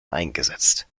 eingesetzt